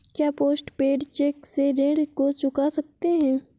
क्या post paid cheque से ऋण को चुका सकते हैं?